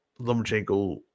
Lomachenko